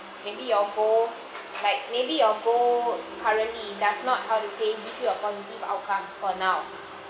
maybe your goal like maybe your goal currently it does not how to say give you a positive outcome for now